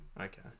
Okay